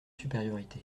supériorité